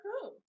cool